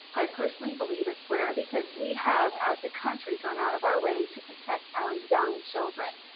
i personally believe it's rare, because we have as a country gone out of our way to protect our young children.